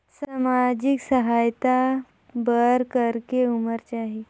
समाजिक सहायता बर करेके उमर चाही?